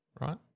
right